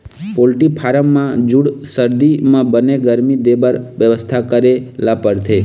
poultry farm म जूड़ सरदी म बने गरमी देबर बेवस्था करे ल परथे